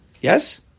Yes